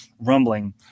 rumbling